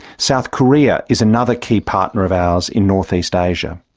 south korea is another key partner of ours in northeast asia.